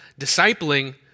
discipling